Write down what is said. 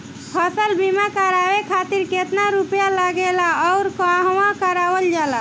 फसल बीमा करावे खातिर केतना रुपया लागेला अउर कहवा करावल जाला?